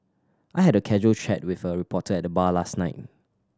I had a casual chat with a reporter at the bar last night